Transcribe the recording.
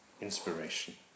inspiration